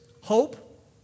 Hope